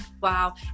Wow